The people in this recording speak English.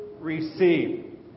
receive